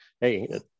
hey